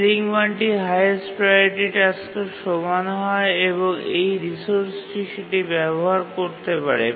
ceiling মানটি highest priority টাস্কের সমান হয় এবং এই রিসোর্সটি সেটি ব্যবহার করতে পারে